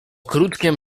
krótkiem